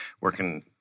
working